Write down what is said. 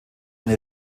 eine